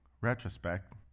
retrospect